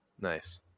Nice